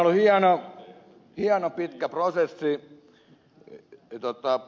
minusta tämä on ollut hieno pitkä prosessi